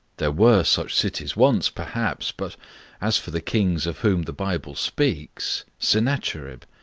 there were such cities once, perhaps but as for the kings of whom the bible speaks sennacherib,